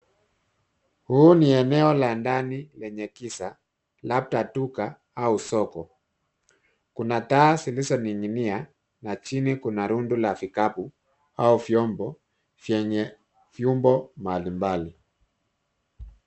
Huu ni eneo la ndani lenye giza, labda duka au soko. Kuna taa zilizoning'inia na chini kuna rundo la vikapu au vyombo vyenye vyumbo mbalimbali.